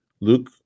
Luke